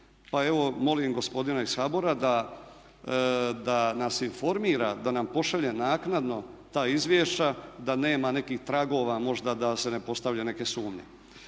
evo molim gospodina iz HBOR-a da nas informira, da nam pošalje naknadno ta izvješća da nema nekih tragova možda da se ne postavlja neke sumnje.